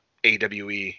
AWE